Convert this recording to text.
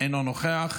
אינו נוכח,